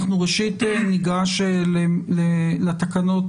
אנחנו ניגש ראשית לתקנות,